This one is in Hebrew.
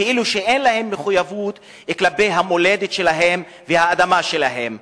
כאילו אין להם מחויבות כלפי המולדת שלהם והאדמה שלהם.